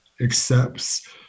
accepts